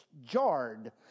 jarred